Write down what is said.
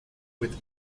with